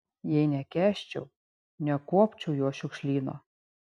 jei nekęsčiau nekuopčiau jo šiukšlyno